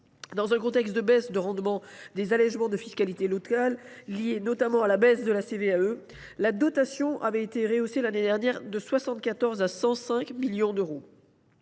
Dans un contexte de baisse de rendement des allégements de fiscalité locale, liée notamment à la baisse de la CVAE, la dotation avait été rehaussée l’année dernière de 74 millions à 105 millions d’euros.